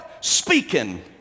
speaking